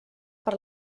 per